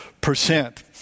percent